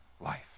life